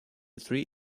three